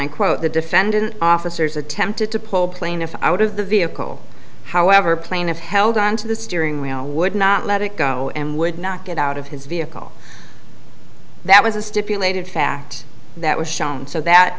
i quote the defendant officers attempted to pull plaintiff out of the vehicle however plaintiff held onto the steering wheel would not let it go and would not get out of his vehicle that was a stipulated fact that was shown so that